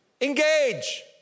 Engage